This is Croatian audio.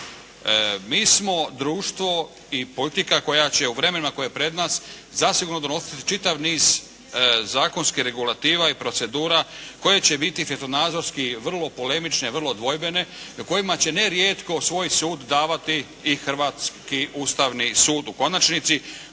Mi smo društvo i politika koja će u vremenu koje je pred nama zasigurno donositi čitav niz zakonskih regulativa i procedura koje će biti svjetonadzorski vrlo polemične, vrlo dvojbene i o kojima će nerijetko svoj sud davati i Hrvatski ustavni sud u konačnici.